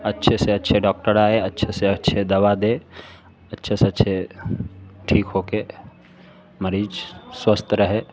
अच्छे से अच्छे डोक्टर आए अच्छे से अच्छे दवा दे अच्छे से अच्छे ठीक हो कर मरीज स्वस्थ रहे